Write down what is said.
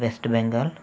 west Bengal